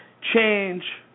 change